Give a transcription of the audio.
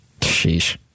Sheesh